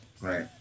right